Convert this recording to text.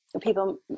people